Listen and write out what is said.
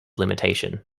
limitation